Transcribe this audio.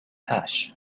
hash